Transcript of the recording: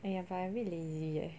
!aiya! but I a bit lazy eh